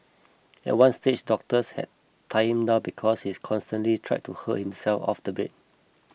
at one stage doctors had tie him down because he constantly tried to hurl himself off the bed